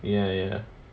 ya ya